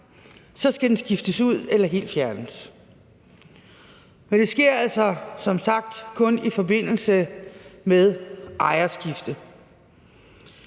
skal den skiftes ud eller helt fjernes. Men det sker altså som sagt kun i forbindelse med ejerskifte.